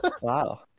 Wow